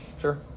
Sure